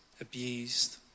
abused